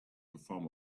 perform